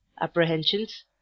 apprehensions